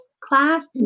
class